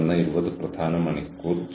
നമ്മൾ എന്താണ് ചെയ്യുന്നത്